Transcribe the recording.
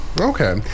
Okay